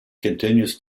continues